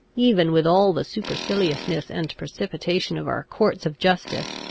even with all the superciliousness and precipitation of our courts of justice,